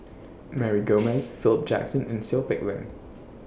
Mary Gomes Philip Jackson and Seow Peck Leng